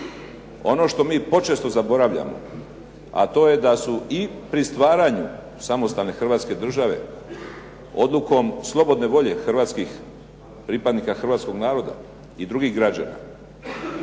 Ono što mi počesto zaboravljamo, a to je da su i pri stvaranju samostalne Hrvatske države odlukom slobodne volje hrvatskih, pripadnika hrvatskog naroda i drugih građana